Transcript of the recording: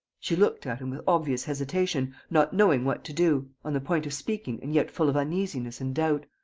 she looked at him with obvious hesitation, not knowing what to do, on the point of speaking and yet full of uneasiness and doubt.